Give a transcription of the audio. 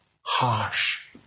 harsh